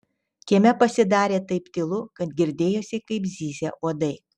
kieme pasidarė taip tylu kad girdėjosi kaip zyzia uodai